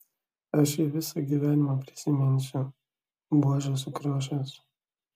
aš jį visą gyvenimą prisiminsiu buožė sukriošęs